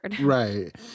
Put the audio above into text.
Right